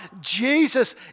Jesus